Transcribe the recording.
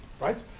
right